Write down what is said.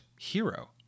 hero